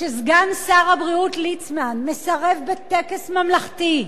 כשסגן שר הבריאות ליצמן מסרב, בטקס ממלכתי,